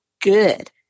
good